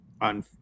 on